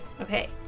Okay